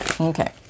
Okay